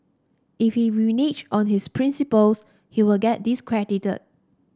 if he reneges on his principles he will get discredited